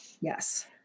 Yes